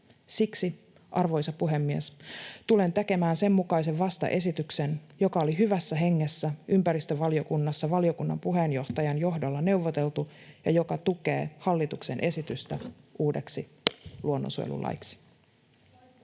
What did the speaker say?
Siksi, arvoisa puhemies, tulen tekemään sen mukaisen vastaesityksen, joka oli hyvässä hengessä ympäristövaliokunnassa valiokunnan puheenjohtajan johdolla neuvoteltu ja joka tukee hallituksen esitystä uudeksi luonnonsuojelulaiksi.